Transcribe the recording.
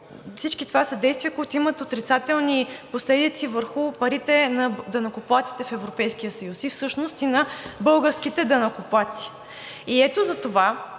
всичко това са действия, които имат отрицателни последици върху парите на данъкоплатците в Европейския съюз, а всъщност и на българските данъкоплатци. Ето затова